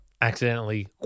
accidentally